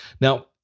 Now